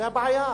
זאת הבעיה.